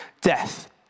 death